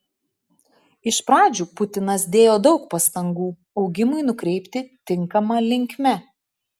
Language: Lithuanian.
iš pradžių putinas dėjo daug pastangų augimui nukreipti tinkama linkme